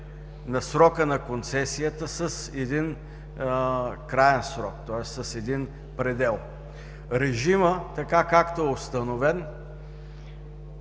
на срока на концесията с краен срок, тоест с един предел. Режимът, както е установен,